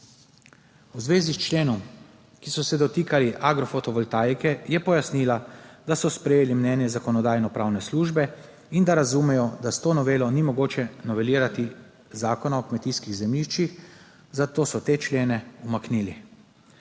V zvezi s členi, ki so se dotikali agrofotovoltaike, je pojasnila, da so sprejeli mnenje Zakonodajno-pravne službe in da razumejo, da s to novelo ni mogoče novelirati Zakona o kmetijskih zemljiščih, zato so te člene umaknili.